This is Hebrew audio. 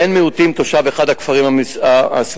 בן-מיעוטים תושב אחד הכפרים הסמוכים.